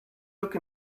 look